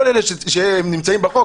כל אלה שנמצאים בחוק.